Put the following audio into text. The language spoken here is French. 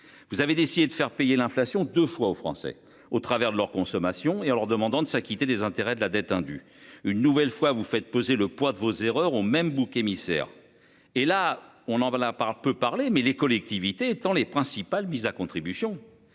Vous avez décidé de faire payer l'inflation 2 fois aux Français au travers de leur consommation et en leur demandant de s'acquitter des intérêts de la dette du une nouvelle fois vous faites peser le poids de vos erreurs ont même émissaire et là on en voit la part peu parlé, mais les collectivités étant les principales mises à contribution